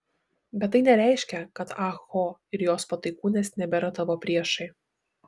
bet tai nereiškia kad ah ho ir jos pataikūnės nebėra tavo priešai